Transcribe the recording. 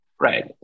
Right